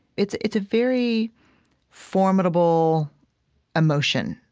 it's it's a very formidable emotion.